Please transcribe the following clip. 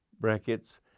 brackets